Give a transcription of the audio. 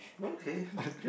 oh okay good